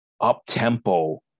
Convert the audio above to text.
up-tempo